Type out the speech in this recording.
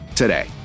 today